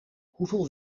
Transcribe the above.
hoeveel